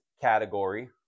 category